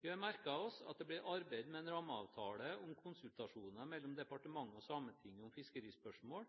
Vi har merket oss at det blir arbeidet med en rammeavtale om konsultasjoner mellom departementet og